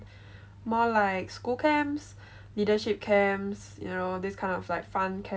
more like school camps leadership camps you know this kind of like fun camps